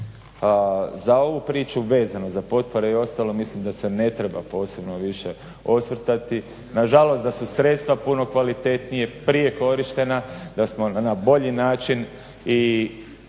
Za ovu priču vezano, za potpore i ostalo mislim da se ne treba posebno više osvrtati. Na žalost da su sredstva puno kvalitetnije prije korištena, da smo na bolji način i